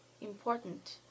important